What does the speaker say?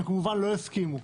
הם כמובן לא הסכימו.